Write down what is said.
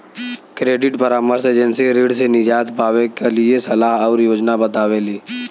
credit परामर्श agency ऋण से निजात पावे क लिए सलाह आउर योजना बतावेली